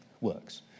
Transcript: works